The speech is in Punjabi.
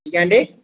ਕੀ ਕਹਿੰਦੇ